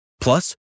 Plus